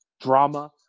drama